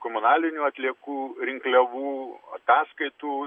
komunalinių atliekų rinkliavų ataskaitų